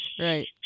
Right